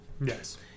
Yes